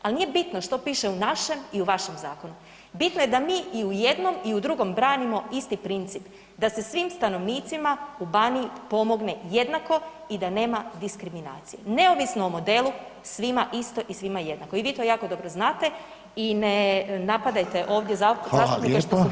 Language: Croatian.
Ali nije bitno što piše u našem i u vašem zakonu, bitno je da mi i u jednom i u drugom branimo isti princip, da se svim stanovnicima u Baniji pomogne jednako i da nema diskriminacije, neovisno o modelu, svima isto i svima jednako i vi to jako dobro znate i ne napadajte ovdje zastupnike što su htjeli pomoći.